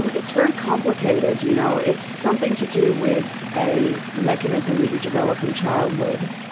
um it's very complicated. you know it's something to do with a mechanism that you develop in childhood,